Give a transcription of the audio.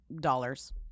dollars